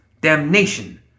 Damnation